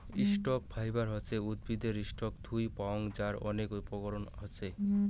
stock fibre হসে উদ্ভিদের stalk থুই পাওয়াং যার অনেক উপকরণ হাছে